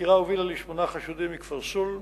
החקירה הובילה לשמונה חשודים מכפר סולם,